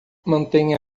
mantenha